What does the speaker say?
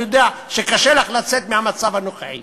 אני יודע שקשה לך לצאת מהמצב הנוכחי,